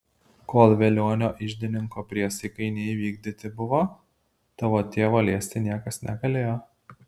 kol velionio iždininko priesakai neįvykdyti buvo tavo tėvo liesti niekas negalėjo